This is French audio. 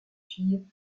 fille